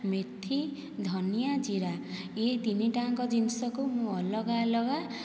ମେଥି ଧନିଆ ଜିରା ଏହି ତିନିଟା ଯାକ ଜିନିଷକୁ ମୁଁ ଅଲଗା ଅଲଗା